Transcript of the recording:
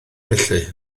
felly